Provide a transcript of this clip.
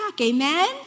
Amen